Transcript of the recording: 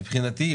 מבחינתי,